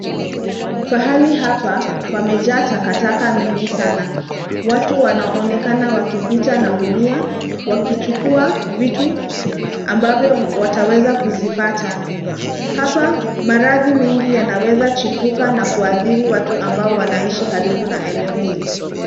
Pahali hapa pamejaa takataka nyingi sana. Watu wanaonekana wakipita na gunia wakichukua vitu ambavyo wataweza kuvipata. Hapa maradhi mengi yanawezachipuka na kuathiri watu ambao wanaishi karibu na eneo hili.